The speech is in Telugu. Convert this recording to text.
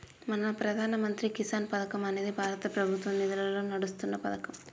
మన ప్రధాన మంత్రి కిసాన్ పథకం అనేది భారత ప్రభుత్వ నిధులతో నడుస్తున్న పతకం